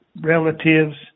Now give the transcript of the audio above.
relatives